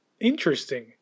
interesting